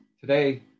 today